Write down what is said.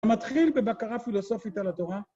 מתחיל בבקרה פילוסופית על התורה.